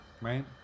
right